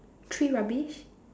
three rubbish